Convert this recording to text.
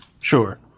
Sure